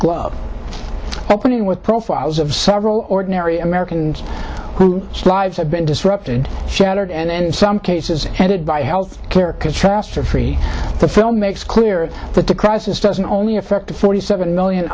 glove opening with profiles of several ordinary americans who lives have been disrupted and shattered and in some cases headed by health care contrast for free the film makes clear that the crisis doesn't only affect the forty seven million